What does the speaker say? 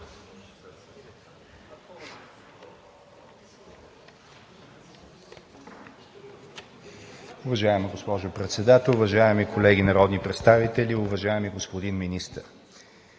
Уважаема госпожо Председател, уважаеми колеги народни представители! Уважаеми господин Министър,